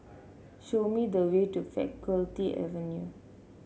show me the way to Faculty Avenue